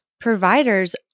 providers